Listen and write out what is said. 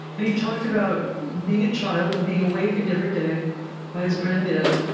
and he talked about being a child and being awakened every day by his granddad,